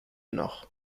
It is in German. noch